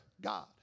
God